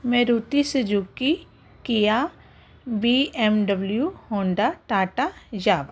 Maruti Suzuki Kia B M W Honda Tata Java